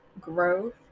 growth